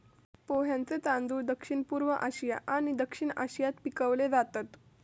पोह्यांचे तांदूळ दक्षिणपूर्व आशिया आणि दक्षिण आशियात पिकवले जातत